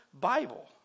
Bible